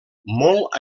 molt